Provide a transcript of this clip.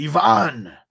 Ivan